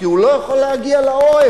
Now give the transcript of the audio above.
כי הוא לא יכול להגיע לאוהל,